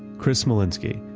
chris smolinski,